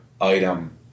item